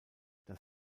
das